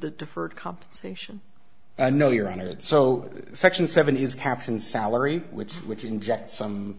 the deferred compensation i know you're on it so section seven is caps and salary which which inject some